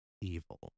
evil